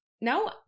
Now